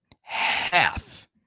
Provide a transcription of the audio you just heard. half